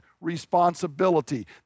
responsibility